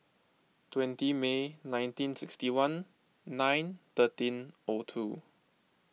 twenty May nineteen sixty one nine thirteen two